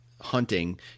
hunting